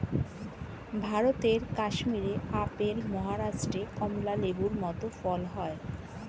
ভারতের কাশ্মীরে আপেল, মহারাষ্ট্রে কমলা লেবুর মত ফল হয়